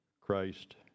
Christ